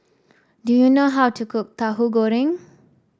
do you know how to cook Tahu Goreng